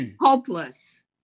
Hopeless